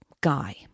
guy